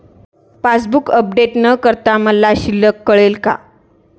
Passbook update न करता मला शिल्लक कळेल का?